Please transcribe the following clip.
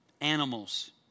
animals